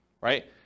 right